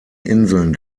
inseln